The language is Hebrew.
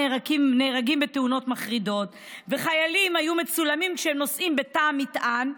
נהרגים בתאונות מחרידות וחיילים היו מצולמים כשהם נוסעים בתא המטען.